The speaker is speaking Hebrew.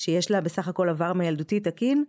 שיש לה בסך הכל עבר מילדותי תקין